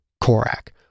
Korak